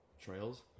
trails